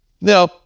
Now